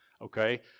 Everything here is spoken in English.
Okay